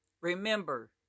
Remember